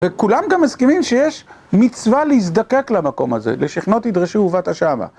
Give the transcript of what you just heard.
וכולם גם מסכימים שיש מצווה להזדקק למקום הזה - "לשכנו תדרשו ובאת שמה".